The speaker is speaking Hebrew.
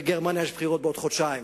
בגרמניה יש בחירות בעוד חודשיים,